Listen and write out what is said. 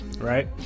right